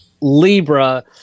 Libra